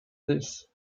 this